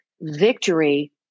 Victory